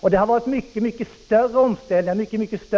Och det har varit mycket större